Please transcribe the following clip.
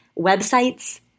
websites